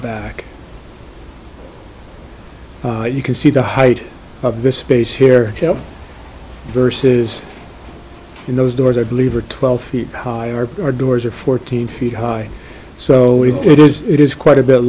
back you can see the height of the space here versus in those doors i believe are twelve feet high are our doors are fourteen feet high so it is it is quite a bit